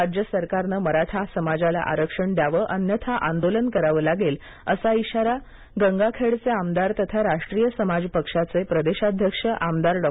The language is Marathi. राज्य सरकारनं मराठा समाजाला आरक्षण द्यावे अन्यथा आंदोलन करावे लागेल असा इशारा गंगाखेडचे आमदार तथा राष्ट्रीय समाज पक्षाचे प्रदेशाध्यक्ष आमदार डॉ